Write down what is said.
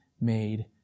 made